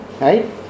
right